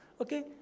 okay